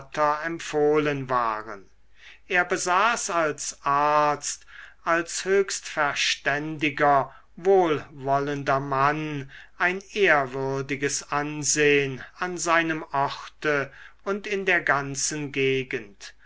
empfohlen waren er besaß als arzt als höchst verständiger wohlwollender mann ein ehrwürdiges ansehn an seinem orte und in der ganzen gegend